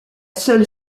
seule